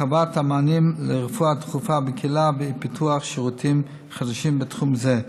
הרחבת המענים לרפואה דחופה בקהילה ופיתוח שירותים חדשים בתחום זה.